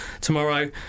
tomorrow